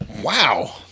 Wow